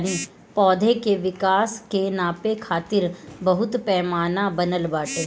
पौधा के विकास के नापे खातिर बहुते पैमाना बनल बाटे